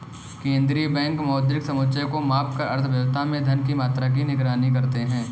केंद्रीय बैंक मौद्रिक समुच्चय को मापकर अर्थव्यवस्था में धन की मात्रा की निगरानी करते हैं